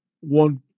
one